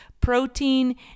protein